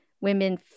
women